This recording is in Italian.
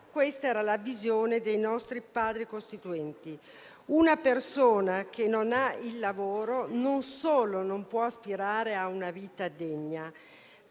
libertà. Nella visione dei Padri costituenti, una persona che non ha lavoro non solo non può aspirare a una vita degna